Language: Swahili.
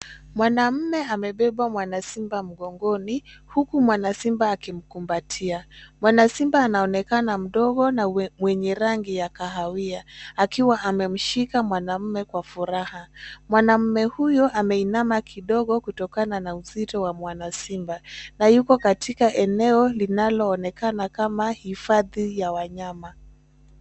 Mwanamume amembeba mwanasimba mgongoni huku mwanasimba akimkumbatia. Mwanasimba anaonekana mdogo na mwenye rangi ya kahawia akiwa amemshika mwanamume kwa furaha. Mwanamume huyu ameinama kidogo kutokana na uzito wa mwanasimba na yuko katika eneo linaloonekana kama hifadhi ya wanyama.